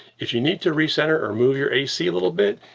if you need to recenter or move your a c little bit,